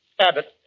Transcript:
Abbott